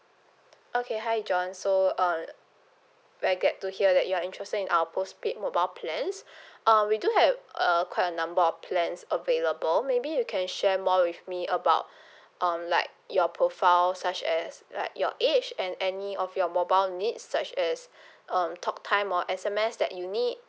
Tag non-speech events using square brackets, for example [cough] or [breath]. okay hi john so uh very glad to hear that you are interested in our postpaid mobile plans [breath] um we do have uh quite a number of plans available maybe you can share more with me about [breath] um like your profile such as like your age and any of your mobile need such as [breath] um talk time or S_M_S that you need